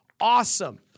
Awesome